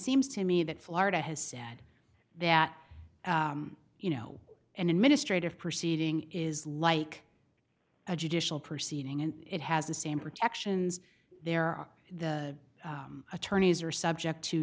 seems to me that florida has said that you know an administrative proceeding is like a judicial proceeding and it has the same protections there are the attorneys are subject to